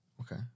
Okay